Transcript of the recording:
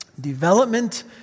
Development